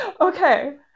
okay